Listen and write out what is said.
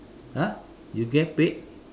!huh! you get paid